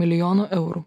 milijonų eurų